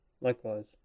Likewise